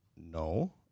No